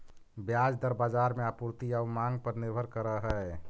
ब्याज दर बाजार में आपूर्ति आउ मांग पर निर्भर करऽ हइ